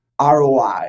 ROI